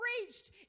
reached